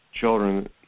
children